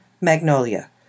Magnolia